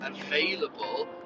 available